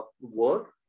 work